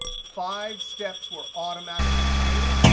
five steps were automatically created.